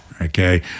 Okay